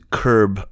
curb